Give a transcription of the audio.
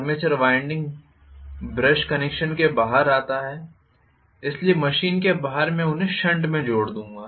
armature winding brush connection के साथ बाहर आता है इसलिए मशीन के बाहर मैं उन्हें शंट में जोड़ दूँगा